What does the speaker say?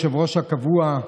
היושב-ראש הקבוע,